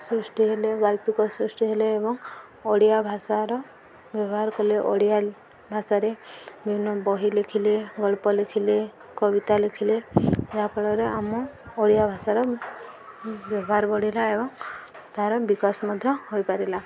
ସୃଷ୍ଟି ହେଲେ ଗାଳ୍ପିକ ସୃଷ୍ଟି ହେଲେ ଏବଂ ଓଡ଼ିଆ ଭାଷାର ବ୍ୟବହାର କଲେ ଓଡ଼ିଆ ଭାଷାରେ ବିଭିନ୍ନ ବହି ଲେଖିଲେ ଗଳ୍ପ ଲେଖିଲେ କବିତା ଲେଖିଲେ ଯାହାଫଳରେ ଆମ ଓଡ଼ିଆ ଭାଷାର ବ୍ୟବହାର ବଢ଼ିଲା ଏବଂ ତା'ର ବିକାଶ ମଧ୍ୟ ହୋଇପାରିଲା